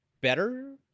better